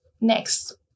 next